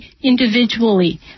individually